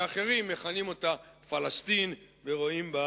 שאחרים מכנים אותה "פלסטין" ורואים בה